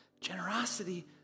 generosity